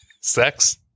sex